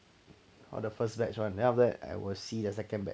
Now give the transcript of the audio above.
all the first batch [one] then after that I will see the second batch